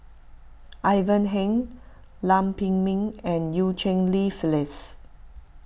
Ivan Heng Lam Pin Min and Eu Cheng Li Phyllis